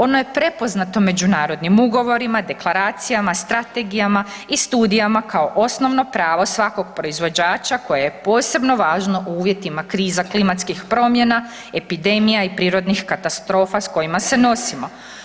Ono je prepoznato međunarodnim ugovorima, deklaracijama, strategijama i studijama kao osnovno pravo svakog proizvođače koje je posebno važno u uvjetima kriza klimatskih promjena, epidemija i prirodnih katastrofa s kojima se nosimo.